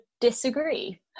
disagree